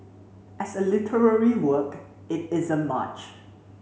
as a literary work it isn't much